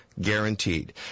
guaranteed